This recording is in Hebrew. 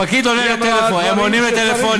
פקיד עונה לטלפון, הם עונים לטלפונים.